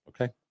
okay